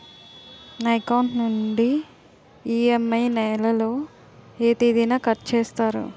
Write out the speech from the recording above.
నా అకౌంట్ నుండి ఇ.ఎం.ఐ నెల లో ఏ తేదీన కట్ చేస్తారు?